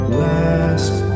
last